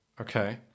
Okay